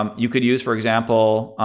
um you could use, for example,